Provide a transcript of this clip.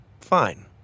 Fine